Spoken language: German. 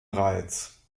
reiz